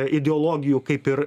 ideologijų kaip ir